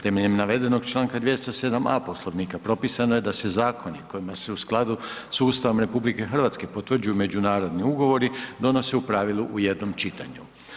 Temeljem navedenog članka 207. a Poslovnika, propisano je da se zakoni kojima se u skladu sa Ustavom RH potvrđuju međunarodni ugovori, donose u pravilu u jednom čitanju.